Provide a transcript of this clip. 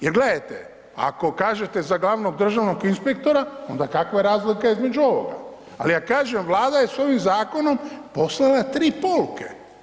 Jer gledajte ako kažete za glavnog državnog inspektora onda kakva je razlika između ovoga, ali ak kažem vlada je s ovim zakonom poslala 3 poruke.